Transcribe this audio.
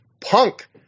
Punk